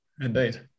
indeed